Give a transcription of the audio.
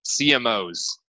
CMOs